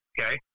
okay